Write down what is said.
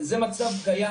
זה מצב קיים.